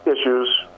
issues